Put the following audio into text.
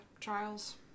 trials